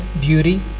beauty